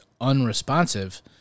unresponsive